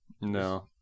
no